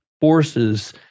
forces